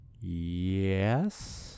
Yes